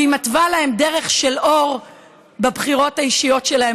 והיא מתווה להם דרך של אור בבחירות האישיות שלהם.